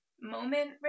moment